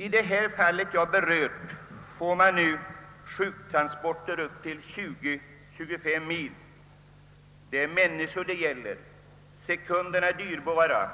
I det fall jag här talar om får man räkna med sjuktransporter på 20—25 mil. Det är människor det gäller. Sekunderna är dyrbara.